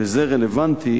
וזה רלוונטי